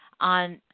on